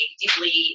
deeply